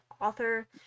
author